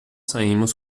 saímos